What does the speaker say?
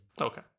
Okay